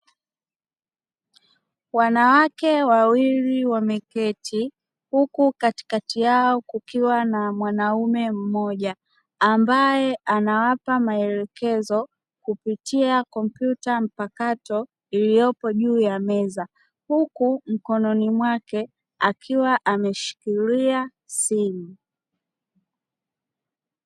Wanawake wawili wameketi huku katikati yao kukiwa na mwanaume mmoja ambaye anawapa maelekezo kupitia kompyuta mpakato iliyopo juu ya meza huku mkononi mwaki akiwa ameshikilia simu.